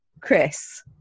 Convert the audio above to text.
Chris